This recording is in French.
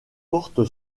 porte